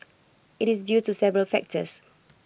IT is due to several factors